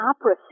opera